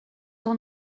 dans